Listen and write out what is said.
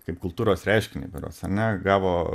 kaip kultūros reiškinį berods ar ne gavo